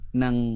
ng